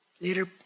Later